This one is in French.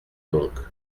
donc